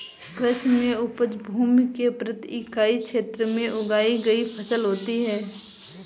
कृषि में उपज भूमि के प्रति इकाई क्षेत्र में उगाई गई फसल होती है